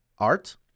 Art